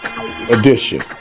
edition